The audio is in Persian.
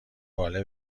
باله